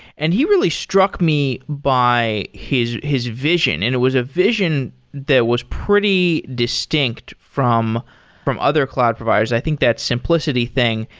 and he really struck me by his his vision. and it was a vision that was pretty distinct from from other cloud providers. i think that simplicity thing.